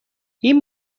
این